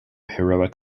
heroic